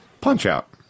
Punch-Out